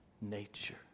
nature